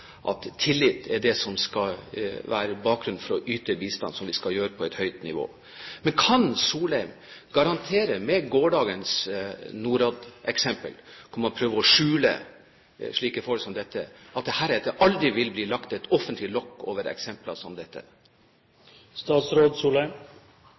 at tillit er det som skal være bakgrunnen for å yte bistand, som vi skal gjøre på et høyt nivå. Men kan Solheim garantere – med tanke på gårsdagens Norad-eksempel, hvor man prøver å skjule slike forhold – at det heretter aldri vil bli lagt et offentlig lokk over eksempler som dette?